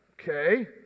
Okay